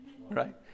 Right